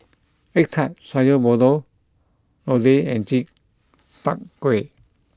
Egg Tart Sayur Lodeh and Chi Kak Kuih